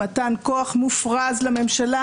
מתן כוח מופרז לממשלה.